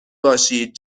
باشید